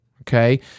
Okay